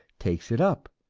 takes it up,